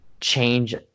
change